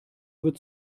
wird